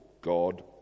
God